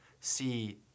see